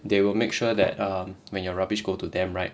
they will make sure that um when your rubbish go to them right